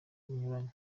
bunyuranye